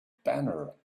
banner